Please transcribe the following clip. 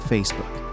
Facebook